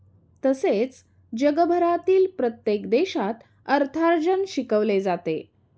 तसेच जगभरातील प्रत्येक देशात अर्थार्जन शिकवले जाते